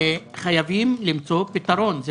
חייבים למצוא פתרון.